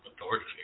authority